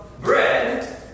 bread